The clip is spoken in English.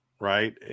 Right